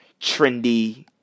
trendy